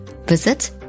Visit